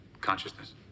consciousness